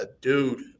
dude